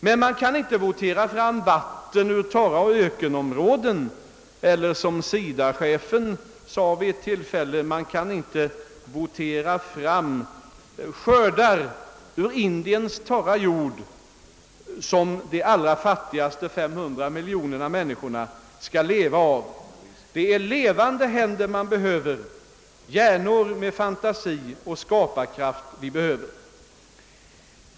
Men man kan inte votera fram vatten ur torra ökenområden eller, såsom SIDA chefen sade vid ett tillfälle, votera fram skördar ur Indiens torra jord, som de allra fattigaste 500 miljoner människorna skall leva av. Det är levande händer och hjärnor med fantasi och skaparkraft vi behöver.